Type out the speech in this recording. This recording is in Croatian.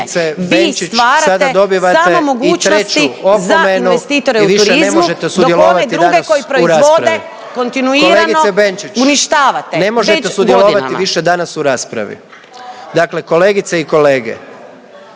Vi stvarate samo mogućnosti za investitore u turizmu, dok one druge koji proizvode kontinuirano uništavate već godinama.